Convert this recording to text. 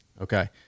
Okay